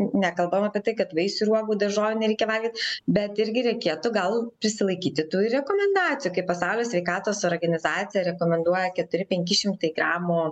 nekalbam apie tai kad vaisių ir uogų daržovių nereikia valgyt bet irgi reikėtų gal prisilaikyti tų ir rekomendacijų kaip pasaulio sveikatos organizacija rekomenduoja keturi penki šimtai gramų